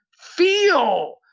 Feel